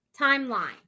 timeline